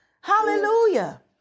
Hallelujah